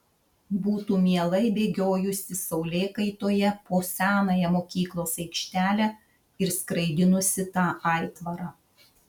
būtų mielai bėgiojusi saulėkaitoje po senąją mokyklos aikštelę ir skraidinusi tą aitvarą